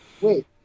Wait